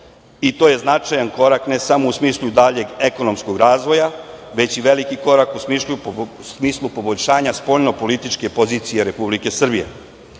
i to je značajan korak ne samo u smislu daljeg ekonomskog razvoja već i veliki korak u smislu poboljšanja političke pozicije Republike Srbije. Juče